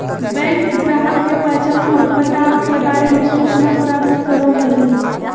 bank ग्राहक के पहचान और पता के बारे में सूचना प्राप्त करो हइ